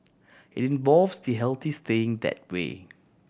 it involves the healthy staying that way